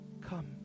come